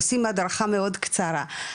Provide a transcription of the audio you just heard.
עושים הדרכה מאוד קצרה.